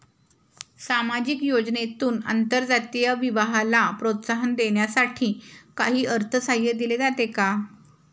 सामाजिक योजनेतून आंतरजातीय विवाहाला प्रोत्साहन देण्यासाठी काही अर्थसहाय्य दिले जाते का?